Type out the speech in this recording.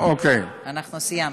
אנחנו סיימנו.